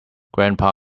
grandpa